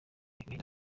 agahinda